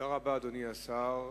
תודה רבה, אדוני השר.